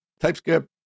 TypeScript